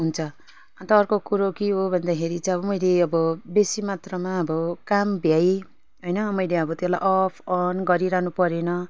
हुन्छ अन्त अर्को कुरो के हो भन्दाखेरि चाहिँ अब मैले अब बेसी मात्रामा अब काम भ्याए होइन मैले त्यसलाई अब अफ अन् गरिरहनु परेन